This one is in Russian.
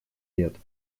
лет